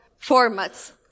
formats